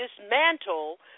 dismantle